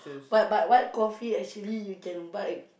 but but white coffee actually you can buy